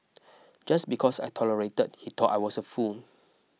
just because I tolerated he thought I was a fool